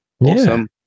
awesome